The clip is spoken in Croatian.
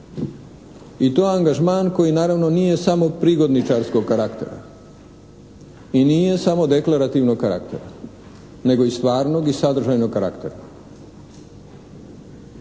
i to angažman koji naravno nije samo prigodničarskoga karaktera i nije samo deklarativnog karaktera nego i stvarnog i sadržajnog karaktera.